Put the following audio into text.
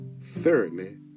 Thirdly